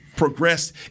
Progressed